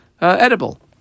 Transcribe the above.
edible